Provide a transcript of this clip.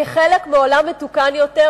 כחלק מעולם מתוקן יותר,